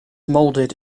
molded